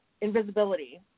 invisibility